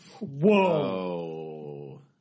Whoa